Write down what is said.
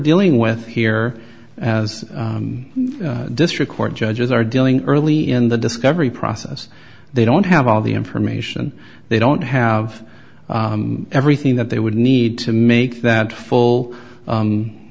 dealing with here as district court judges are dealing early in the discovery process they don't have all the information they don't have everything that they would need to make that full